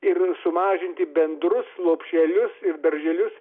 ir sumažinti bendrus lopšelius ir darželius